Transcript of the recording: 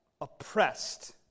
Oppressed